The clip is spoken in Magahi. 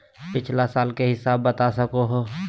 पिछला साल के हिसाब बता सको हो?